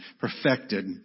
perfected